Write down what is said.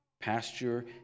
pasture